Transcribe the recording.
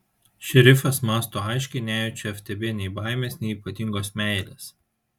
šerifas mąsto aiškiai nejaučia ftb nei baimės nei ypatingos meilės